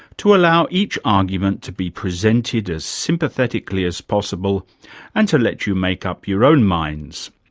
to allow each argument to be presented as sympathetically as possible and to let you make up your own minds.